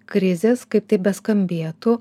krizės kaip tai beskambėtų